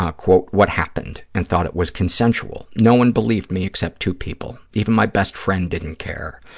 ah quote, what happened and thought it was consensual. no one believed me except two people. even my best friend didn't care.